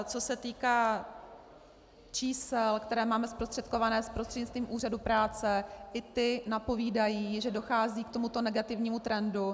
Co se týká čísel, která máme zprostředkovaná prostřednictvím úřadu práce, i ta napovídají, že dochází k tomuto negativnímu trendu.